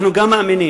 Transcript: אנחנו גם מאמינים